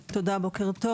תודה ובוקר טוב.